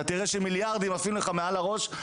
אתה תראה שמיליארדים עפים לך מעל הראש,